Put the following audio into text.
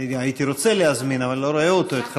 הייתי רוצה להזמין אבל אני לא רואה אותו,